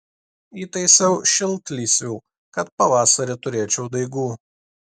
įtaisiau šiltlysvių kad pavasarį turėčiau daigų